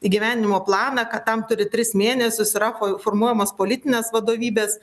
įgyvendinimo planą kad tam turi tris mėnesius yra fo formuojamos politinės vadovybės